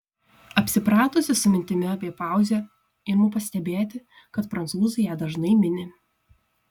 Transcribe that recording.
apsipratusi su mintimi apie pauzę imu pastebėti kad prancūzai ją dažnai mini